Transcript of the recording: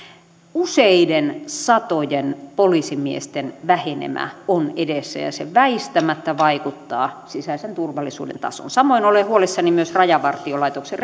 useiden satojen poliisimiesten vähenemä on edessä ja se väistämättä vaikuttaa sisäisen turvallisuuden tasoon samoin olen huolissani myös rajavartiolaitoksen